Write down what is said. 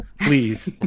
please